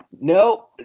No